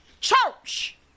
church